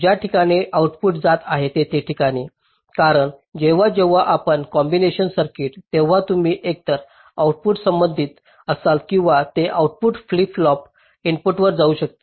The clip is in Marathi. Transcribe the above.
ज्या ठिकाणाहून आउटपुट जात आहेत तेथील ठिकाणे कारण जेव्हा जेव्हा तुमचा कॉम्बिनेशनल सर्किट तेव्हा तुम्ही एकतर आउटपुटशी संबंधित असाल किंवा ते आउटपुट फ्लिप फ्लॉपच्या इनपुटवर जाऊ शकते